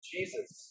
Jesus